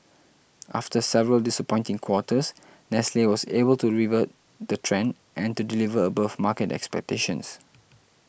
after several disappointing quarters Nestle was able to revert the trend and to deliver above market expectations